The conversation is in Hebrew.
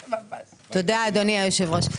תודה אדוני היושב ראש.